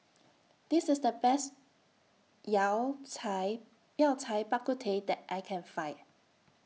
This IS The Best Yao Cai Yao Cai Bak Kut Teh that I Can Find